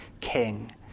King